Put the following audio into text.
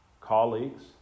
colleagues